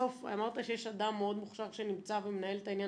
בסוף אמרת שיש אדם מאוד מוכשר שנמצא ומנהל את העניין